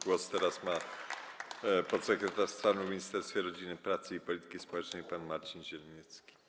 Głos teraz ma podsekretarz stanu w Ministerstwie Rodziny, Pracy i Polityki Społecznej pan Marcin Zieleniecki.